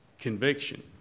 conviction